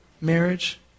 marriage